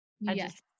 Yes